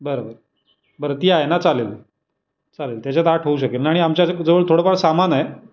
बरं बरं बरं ती आहे ना चालेल चालेल तेच्यात आठ होऊ शकेल ना आणि आमच्या असं जवळ थोडंफार सामान आहे